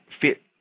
fit